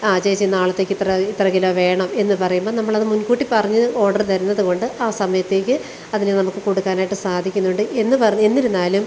ആ ചേച്ചി നാളത്തേക്ക് ഇത്ര ഇത്ര കിലോ വേണം എന്ന് പറയുമ്പം നമ്മളത് മുൻകൂട്ടി പറഞ്ഞു ഓര്ഡര് തരുന്നതുകൊണ്ട് ആ സമയത്തേക്ക് അതിനെ നമുക്ക് കൊടുക്കാനായിട്ട് സാധിക്കുന്നുണ്ട് എന്നു പറഞ്ഞ് എന്നിരുന്നാലും